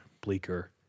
bleaker